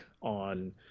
on